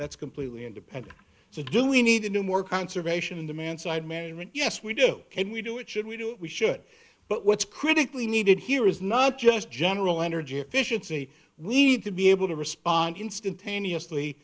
that's completely independent to do we need to do more conservation demand side management yes we do can we do it should we do we should but what's critically needed here is not just general energy efficiency we need to be able to respond instantaneously